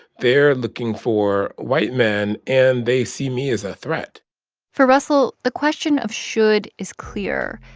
they're looking for white men, and they see me as a threat for russell, the question of should is clear.